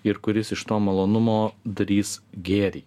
ir kuris iš to malonumo darys gėrį